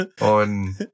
on